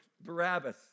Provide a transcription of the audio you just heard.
Barabbas